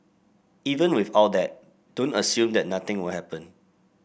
even with all that don't assume that nothing will happen